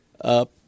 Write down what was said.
up